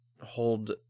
hold